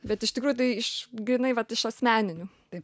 bet iš tikrųjų tai iš grynai vat iš asmeninių taip